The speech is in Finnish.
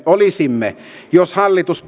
olisimme jos hallitus